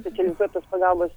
specializuotos pagalbos